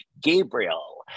Gabriel